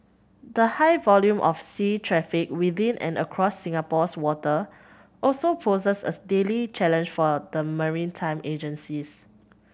the high volume of sea traffic within and across Singapore's waters also poses a daily challenge for the maritime agencies